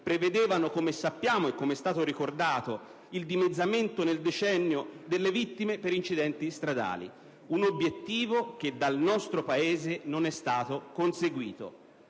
prevedevano - come sappiamo e come è stato ricordato - il dimezzamento nel decennio delle vittime per incidenti stradali. Tale obiettivo non è stato conseguito